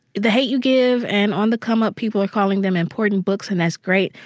the hate u give and on the come up, people are calling them important books, and that's great.